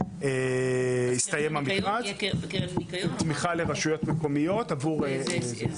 הסתיים המכרז, תמיכה לרשויות מקומיות עבור זה.